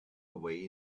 away